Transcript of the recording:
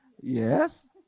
Yes